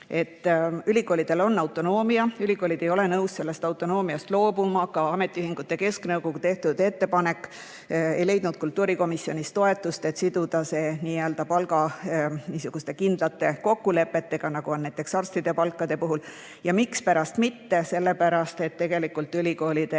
ülikoolidel on autonoomia, ülikoolid ei ole nõus sellest autonoomiast loobuma. Ka ametiühingute keskliidu tehtud ettepanek ei leidnud kultuurikomisjonis toetust, et siduda see nii-öelda kindlate palgakokkulepetega, nagu on näiteks arstide palga puhul. Ja mispärast mitte? Sellepärast, et tegelikult on ülikoolide